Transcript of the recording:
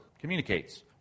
communicates